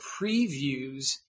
previews